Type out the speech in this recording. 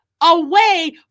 away